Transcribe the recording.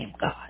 God